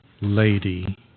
lady